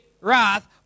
wrath